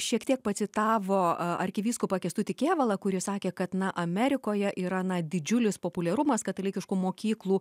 šiek tiek pacitavo arkivyskupą kęstutį kėvalą kuris sakė kad na amerikoje yra na didžiulis populiarumas katalikiškų mokyklų